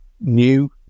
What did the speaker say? new